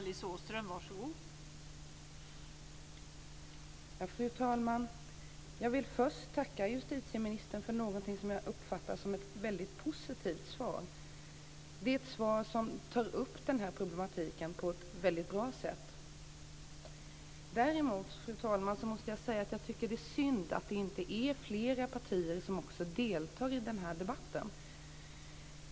Fru talman! Jag vill först tacka justitieministern för ett svar som jag uppfattar som mycket positivt. Det är ett svar som tar upp den här problematiken på ett bra sätt. Däremot, fru talman, måste jag säga att jag tycker att det är synd att det inte är fler partier som deltar i den här debatten.